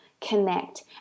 connect